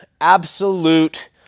absolute